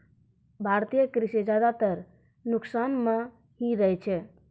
भारतीय कृषि ज्यादातर नुकसान मॅ ही रहै छै